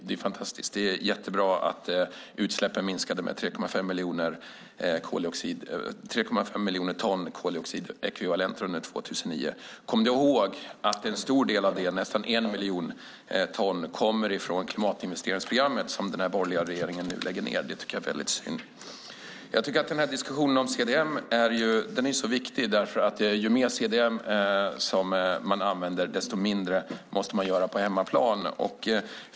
Det är jättebra att utsläppen minskade med 3,5 miljoner ton koldioxidekvivalenter under 2009. Kom då ihåg att en stor del av det, nästan 1 miljon ton, kommer från klimatinvesteringsprogrammet som den borgerliga regeringen nu lägger ned. Det är väldigt synd. Diskussionen om CDM är så viktig. Ju mer CDM man använder, desto mindre måste man göra på hemmaplan.